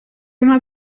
una